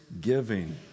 giving